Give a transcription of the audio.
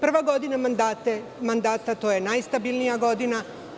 Prva godina mandata je najstabilnija godina.